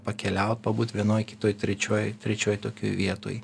pakeliaut pabūt vienoj kitoj trečioj trečioj tokioj vietoj